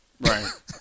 Right